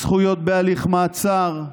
זכויות בהליך מעצר,